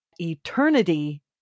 Eternity